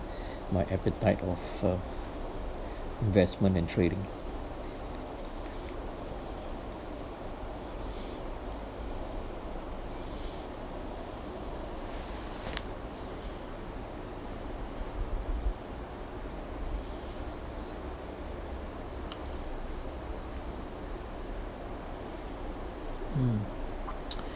my appetite of uh investment and trading mm